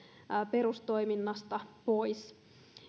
perustoiminnasta pois